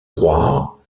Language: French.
croire